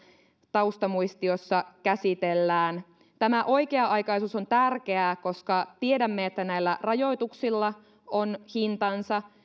taustamuistiossa käsitellään tämä oikea aikaisuus on tärkeää koska tiedämme että näillä rajoituksilla on hintansa